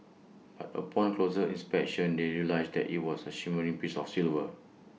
but upon closer inspection they realised that IT was A shimmering piece of silver